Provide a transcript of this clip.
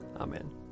Amen